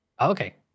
Okay